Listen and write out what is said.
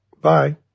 Bye